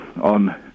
on